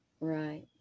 Right